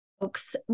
folks